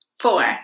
Four